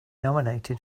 nominated